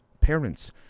parents